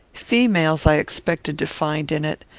females i expected to find in it,